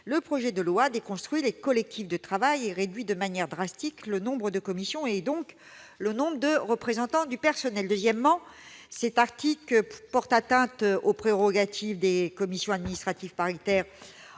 le projet de loi déconstruit les collectifs de travail et réduit drastiquement le nombre de commissions, et donc le nombre de représentants du personnel. Deuxièmement, cet article porte atteinte aux prérogatives des commissions administratives paritaires